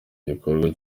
gikorwa